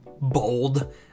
bold